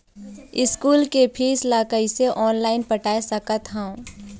School के fees ला कैसे ऑनलाइन पटाए सकत हव?